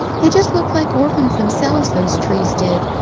they just looked like orphans themselves, those trees did.